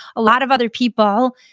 a lot of other people,